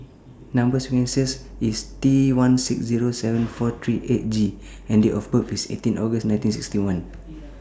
Number sequence IS T one six Zero seven four three eight G and Date of birth IS eighteen August nineteen sixty one